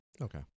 Okay